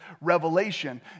revelation